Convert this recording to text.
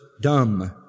dumb